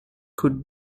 could